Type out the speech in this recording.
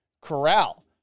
Corral